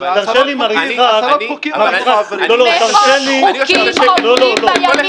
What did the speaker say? תרשה לי, מר יצחק -- עשרות חוקים אנחנו מעבירים.